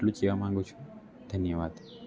આટલું જ કહેવા માંગુ છું ધન્યવાદ